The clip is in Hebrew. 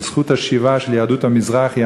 של זכות השיבה של יהדות המזרח.